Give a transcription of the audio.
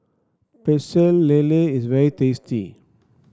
Pecel Lele is very tasty